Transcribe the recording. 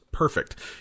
perfect